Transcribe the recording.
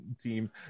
teams